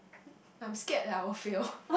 I'm scared that I will fail